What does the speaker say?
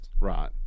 Right